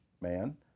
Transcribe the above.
man